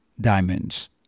diamonds